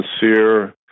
sincere